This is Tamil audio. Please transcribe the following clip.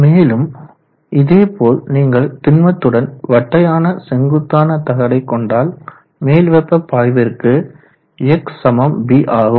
மேலும் இதேபோல் நீங்கள் திண்மத்துடன் வட்டையான செங்குத்தான தகடை கொண்டால் மேல் வெப்ப பாய்விற்கு Xb ஆகும்